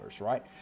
right